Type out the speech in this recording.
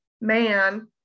man